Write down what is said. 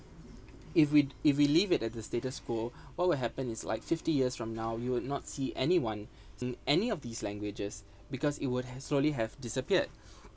if we if we leave it at the status quo what will happen is like fifty years from now you will not see anyone in any of these languages because it would ha~ slowly have disappeared